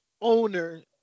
Owner